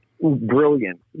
brilliant